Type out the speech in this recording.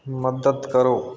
ਮੱਦਦ ਕਰੋ